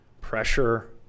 pressure